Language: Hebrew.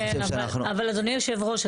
אבל אדוני יושב הראש,